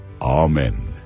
Amen